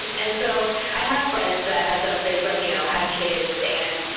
and so i have friends that have done things like you know had kids and